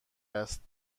است